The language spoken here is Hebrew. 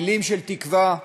מילים של תקווה,